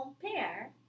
compare